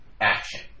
action